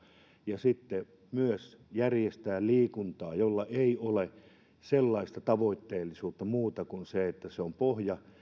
ja sitten myös järjestää liikuntaa jolla ei ole sellaista tavoitteellisuutta muuta kuin se että se on pohja